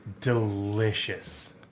delicious